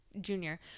Junior